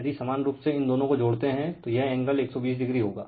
यदि समान रूप से इन दोनों को जोड़ते हैं तो यह एंगल 120o होगा